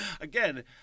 again